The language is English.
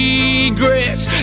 Regrets